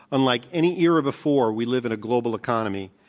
unlike any era before, we live in a global economy.